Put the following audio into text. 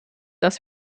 dass